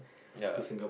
ya